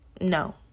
No